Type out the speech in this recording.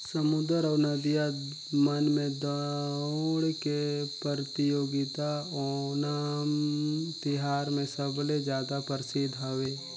समुद्दर अउ नदिया मन में दउड़ के परतियोगिता ओनम तिहार मे सबले जादा परसिद्ध हवे